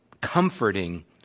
comforting